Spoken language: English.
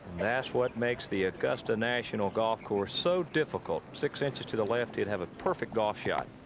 that's what makes the augusta national golf course so difficult. six inches to the left. you have a perfect golf shot.